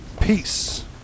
Peace